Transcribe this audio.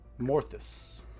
Morthus